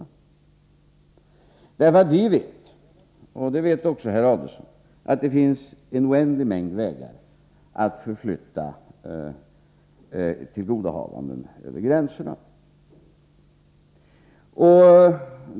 Vi vet nämligen, och det vet också herr Adelsohn, att det finns en oändlig mängd vägar när det gäller att föra tillgodohavanden över gränserna.